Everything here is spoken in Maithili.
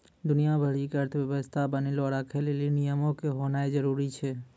दुनिया भरि के अर्थव्यवस्था बनैलो राखै लेली नियमो के होनाए जरुरी छै